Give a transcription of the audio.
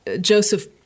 Joseph